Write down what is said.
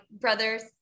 brothers